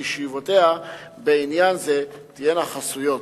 וישיבותיה בעניין זה תהיינה חסויות.